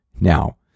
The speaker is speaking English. now